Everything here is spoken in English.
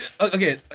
Okay